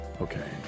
Okay